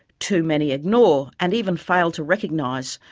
too many ignore, and even fail to recognise,